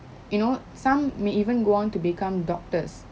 you know some may even go on to become doctors